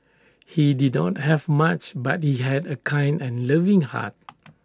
he did not have much but he had A kind and loving heart